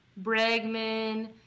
Bregman